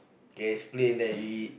can explain that he